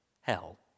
hell